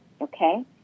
okay